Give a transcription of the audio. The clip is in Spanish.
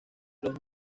los